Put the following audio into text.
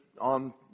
on